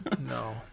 No